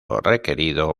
requerido